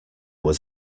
was